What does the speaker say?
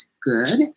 good